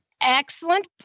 Excellent